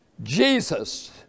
Jesus